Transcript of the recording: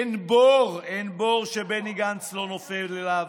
אין בור, אין בור שבני גנץ לא נופל אליו,